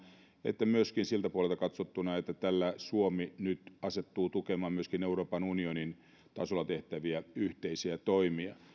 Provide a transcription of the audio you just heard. että myöskin siltä puolelta katsottuna että tällä suomi nyt asettuu tukemaan myöskin euroopan unionin tasolla tehtäviä yhteisiä toimia